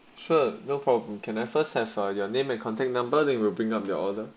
sure no problem can first have your name and contact number they will bring up their order